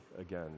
again